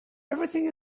everything